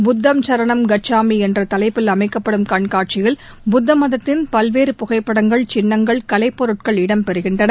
புத்தம் சரணம் கச்சாமி என்ற தவைப்பில் அமைக்கப்படும் கண்காட்சியில் புத்த மதத்தின் பல்வேறு புகைப்படங்கள் சின்னங்கள் கலைப்பொருட்கள் இடம் பெறுகின்றன